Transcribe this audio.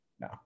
No